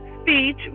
speech